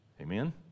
Amen